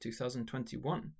2021